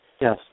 Yes